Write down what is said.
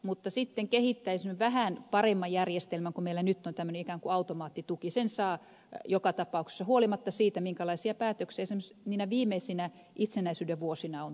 mutta sitten kehittäisin vähän paremman järjestelmän kun meillä nyt on tämmöinen ikään kuin automaattituki ja sen saa joka tapauksessa huolimatta siitä minkälaisia päätöksiä esimerkiksi niinä viimeisinä itsenäisyyden vuosina on tehnyt